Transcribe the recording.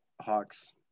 Hawks